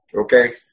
Okay